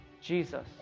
Jesus